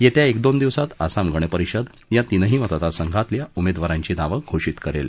येत्या एक दोन दिवसात आसाम गण परिषद या तीन मतदारसंघात उमेदवारांची नावं घोषित करेल